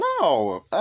No